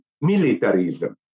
militarism